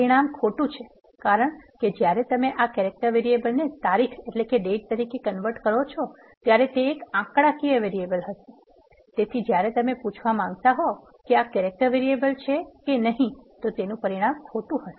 પરિણામ ખોટું છે કારણ કે જ્યારે તમે આ કેરેક્ટર વરિએબલ ને તારીખ તરીકે કન્વર્ટ કરો છો ત્યારે તે એક આંકડાકીય વેરિએબલ હશે તેથી જ્યારે તમે પૂછવા માંગતા હો કે આ કેરેક્ટર વરિએબલ છે કે નહીં તે પરિણામ ખોટું હશે